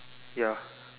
ya